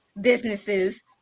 businesses